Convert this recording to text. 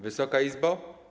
Wysoka Izbo!